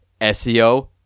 SEO